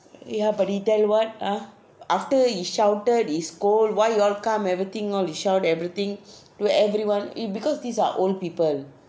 ya but he tell what ah after he shouted he scold why you all come everything all he shout everything to everyone it because these are old people